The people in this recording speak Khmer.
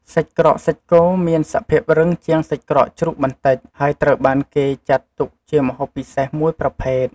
សាច់ក្រកសាច់គោ មានសភាពរឹងជាងសាច់ក្រកជ្រូកបន្តិច ហើយត្រូវបានគេចាត់ទុកជាម្ហូបពិសេសមួយប្រភេទ។